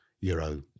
Euro